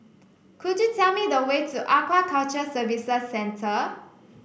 could you tell me the way to Aquaculture Services Centre